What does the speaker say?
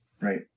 Right